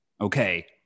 Okay